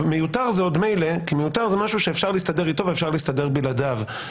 מיותר זה עוד מילא כי זה משהו שאפשר להסתדר אתו ולהסתדר בלעדיו.